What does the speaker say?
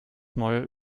neue